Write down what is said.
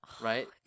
Right